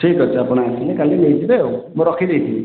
ଠିକ୍ ଅଛି ଆପଣ ଆସିଲେ କାଲି ନେଇଯିବେ ଆଉ ମୁଁ ରଖି ଦେଇଥିବି